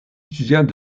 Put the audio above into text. étudiants